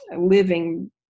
living